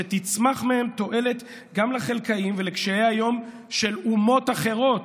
שתצמח מהם תועלת גם לחלכאים ולקשי היום של אומות אחרות,